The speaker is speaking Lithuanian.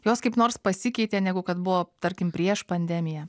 jos kaip nors pasikeitė negu kad buvo tarkim prieš pandemiją